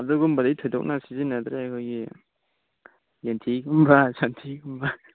ꯑꯗꯨꯒꯨꯝꯕꯗꯤ ꯊꯣꯏꯗꯣꯛꯅ ꯁꯤꯖꯤꯟꯅꯗ꯭ꯔꯦ ꯑꯩꯈꯣꯏꯒꯤ ꯌꯦꯟꯊꯤꯒꯨꯝꯕ ꯁꯟꯊꯤꯒꯨꯝꯕ